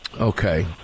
Okay